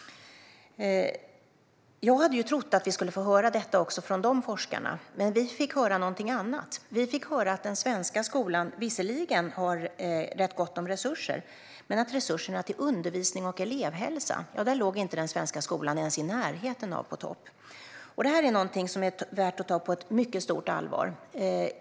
Jag hade trott att vi skulle få höra detta även från dessa forskare, men vi fick höra något annat. Vi fick höra att den svenska skolan visserligen har rätt gott om resurser men att den inte ens låg i närheten av toppen när det gällde resurserna till undervisning och elevhälsa. Det här är något som är värt att ta på mycket stort allvar.